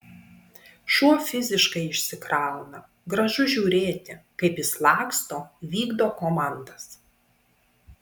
šuo fiziškai išsikrauna gražu žiūrėti kaip jis laksto vykdo komandas